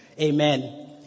Amen